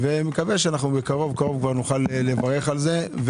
מקווה שבקרוב נוכל לברך על זה.